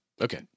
Okay